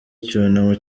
icyunamo